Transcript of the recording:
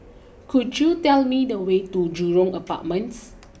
could you tell me the way to Jurong Apartments